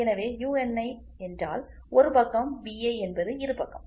எனவே யுஎன்ஐ என்றால் ஒரு பக்கம் பிஐ என்பது இரு பக்கம்